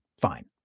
fine